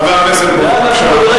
חבר הכנסת בוים,